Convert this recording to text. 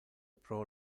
pro